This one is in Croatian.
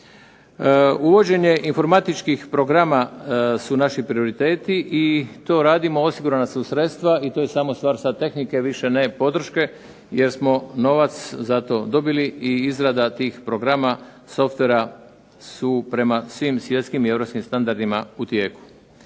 Uvođenje informatičkih programa su naši prioriteti i to radimo, osigurana su sredstva i to je samo stvar sad tehnike više ne podrške jer smo novac za to dobili i izrada tih programa softvera su prema svim svjetskim ili europskim standardima u tijeku.